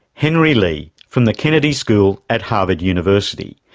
henry lee, from the kennedy school at harvard university.